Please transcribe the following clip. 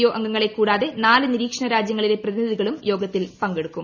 O അംഗങ്ങളെ കൂടാതെ നാല് നിരീക്ഷണ രാജ്യങ്ങളിലെ പ്രതിനിധികളും യോഗത്തിൽ പങ്കെടുക്കും